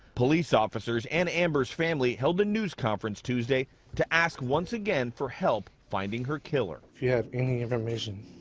police officers and amber's family held a news conference tuesday to ask once again for help finding her killer. sot if you have any information,